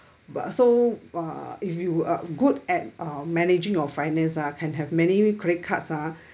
but so uh if you are good at uh managing your finance ah can have many credit cards ah